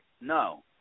No